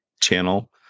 channel